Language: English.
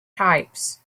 types